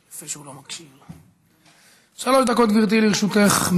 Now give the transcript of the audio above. שלוש דקות, גברתי, לרשותך.